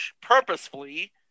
purposefully